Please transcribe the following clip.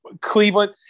Cleveland